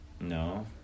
No